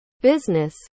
business